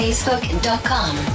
Facebook.com